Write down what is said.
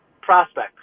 prospects